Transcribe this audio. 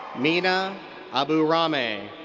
mina aburahmeh.